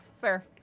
fair